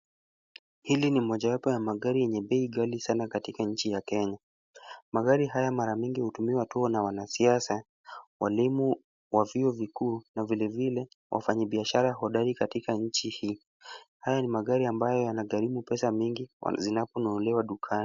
Hili ni mojawapo ya magari yenye bei ghali sana katika nchi ya Kenya. Magari haya mara mingi hutumiwa tu na wanasiasa, walimu wa vyuo vikuu na vile vile wafanyibiashara hodari katika nchi hii. Haya ni magari ambayo yanagharimu pesa mingi zinaponunuliwa dukani.